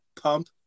pump